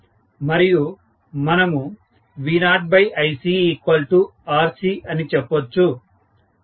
మరియు మనము V0ICRC అని చెప్పొచ్చు